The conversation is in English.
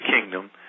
kingdom